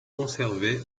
conservé